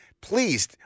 please